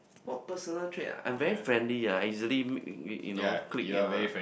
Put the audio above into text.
what personal trait I'm very friendly ah easily mix you know click ya